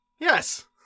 Yes